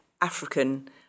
African